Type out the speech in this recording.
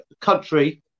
country